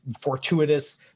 fortuitous